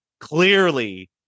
clearly